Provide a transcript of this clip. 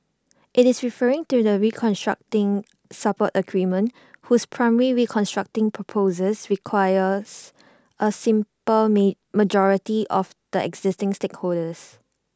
IT is referring to the restructuring support agreement whose primary restructuring proposal requires A simple majority of the existing shareholders